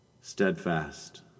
Steadfast